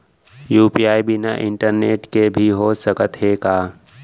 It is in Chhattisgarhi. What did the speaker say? यू.पी.आई बिना इंटरनेट के भी हो सकत हे का?